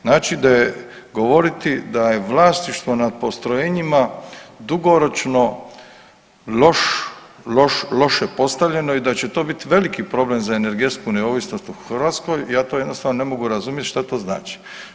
Znači da je govoriti da je vlasništvo nad postrojenjima dugoročno loše postavljeno i da će to biti veliki problem za energetsku neovisnost u Hrvatskoj ja to jednostavno ne mogu razumjeti što to znači.